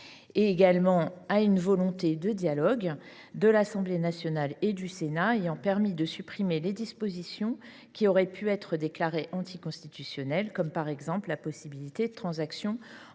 mais aussi à une volonté de dialogue de l’Assemblée nationale et du Sénat ayant permis de supprimer des dispositions qui auraient pu être déclarées anticonstitutionnelles. Je pense à la possibilité de transaction en